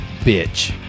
bitch